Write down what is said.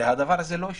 והדבר הזה לא השתנה.